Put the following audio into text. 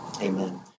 Amen